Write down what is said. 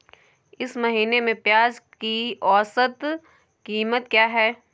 इस महीने में प्याज की औसत कीमत क्या है?